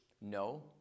No